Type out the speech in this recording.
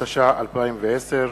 התש"ע 2010,